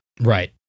Right